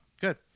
Good